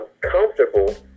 comfortable